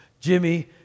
Jimmy